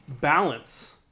balance